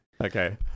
Okay